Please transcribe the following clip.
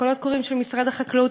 קולות קוראים של משרד החקלאות,